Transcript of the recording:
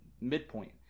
midpoint